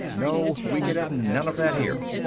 no, we could have none of that here.